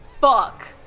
Fuck